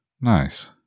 Nice